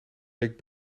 week